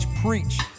preach